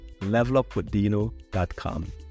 Levelupwithdino.com